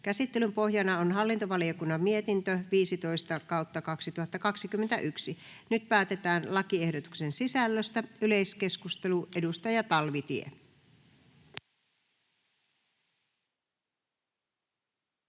Käsittelyn pohjana on hallintovaliokunnan mietintö HaVM 15/2021 vp. Nyt päätetään lakiehdotuksen sisällöstä. — Yleiskeskustelu, edustaja Talvitie.